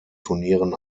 turnieren